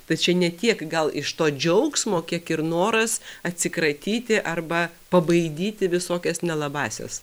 tai čia ne tiek gal iš to džiaugsmo kiek ir noras atsikratyti arba pabaidyti visokias nelabąsias